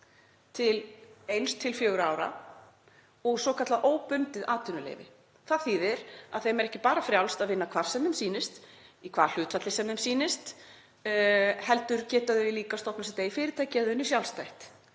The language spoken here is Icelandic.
til eins til fjögurra ára og svokallað óbundið atvinnuleyfi. Það þýðir að þeim er ekki bara frjálst að vinna hvar sem þeim sýnist, í hvaða hlutfalli sem þeim sýnist, heldur geta þau líka stofnað sitt eigið fyrirtæki eða unnið sjálfstætt.